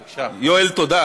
יואל, תודה